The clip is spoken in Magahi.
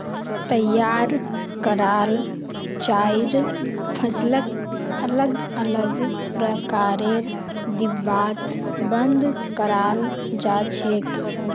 तैयार कराल चाइर फसलक अलग अलग प्रकारेर डिब्बात बंद कराल जा छेक